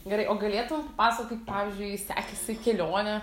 gerai o galėtum papasakot pavyzdžiui sekėsi kelionė